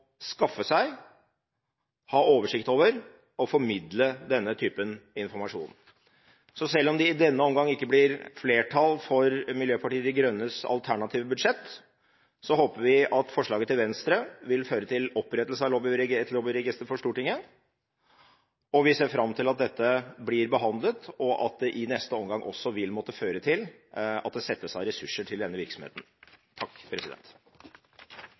skaffe seg, ha oversikt over og formidle denne typen informasjon. Så selv om det i denne omgang ikke blir flertall for Miljøpartiet De Grønnes alternative budsjett, håper vi at forslaget fra Venstre vil føre til opprettelse av et lobbyregister for Stortinget, og vi ser fram til at dette blir behandlet og at det i neste omgang også vil måtte føre til at det settes av ressurser til denne virksomheten.